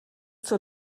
zur